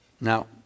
Now